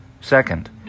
Second